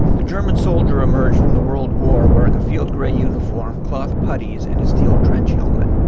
the german soldier emerged from the world war wearing a field grey uniform, cloth putties and a steel trench helmet.